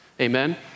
Amen